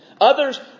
Others